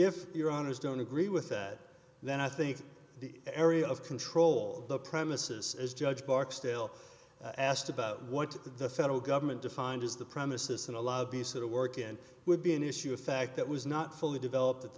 if your honour's don't agree with that then i think the area of control the premises as judge bork still asked about what the federal government defined as the premises and a lot of the sort of work in would be an issue of fact that was not fully developed at